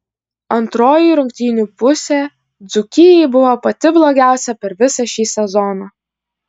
antroji rungtynių pusė dzūkijai buvo pati blogiausia per visą šį sezoną